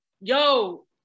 Yo